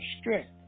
strength